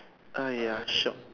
ah ya shiok